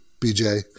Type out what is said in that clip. BJ